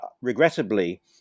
Regrettably